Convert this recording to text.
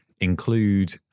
include